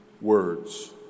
words